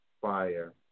fire